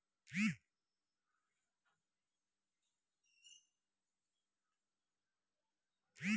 हमर पुरना बासा हमर अचल पूंजी छै